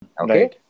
Okay